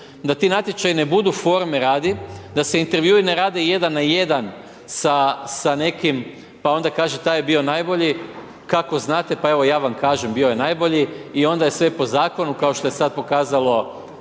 da ti natječaji ne budu forme radi, da se intervjui ne rade jedan na jedan sa nekim pa onda kaže taj je bio najbolji, kako znate, pa evo ja vam kažem bio je najbolji i onda je sve po zakonu kao što je sad pokazalo